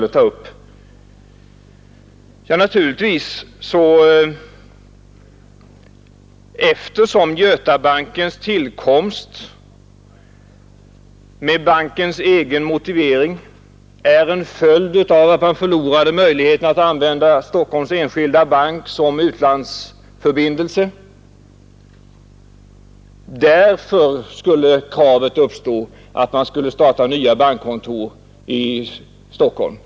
Eftersom Götabankens tillkomst enligt bankens egen utsago är en följd bl.a. av att man förlorade möjligheten att använda Stockholms enskilda bank som utlandsförbindelse, skulle kravet uppstå att man måste starta nya bankkontor t.ex. i Stockholm.